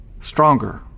stronger